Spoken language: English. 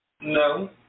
No